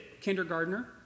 kindergartner